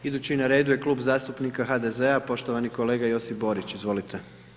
Idući na redu je Klub zastupnika HDZ-a, poštovani kolega Josip Borić, izvolite.